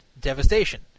devastation